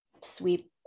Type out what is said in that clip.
sweep